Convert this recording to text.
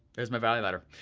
there's my value ladder.